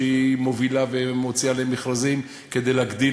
שהיא מובילה ומוציאה למכרזים כדי להגדיל